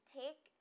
take